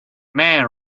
man